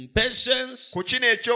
patience